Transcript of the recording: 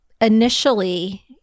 initially